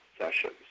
sessions